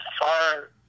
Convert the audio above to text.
far